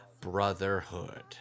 Brotherhood